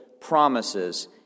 promises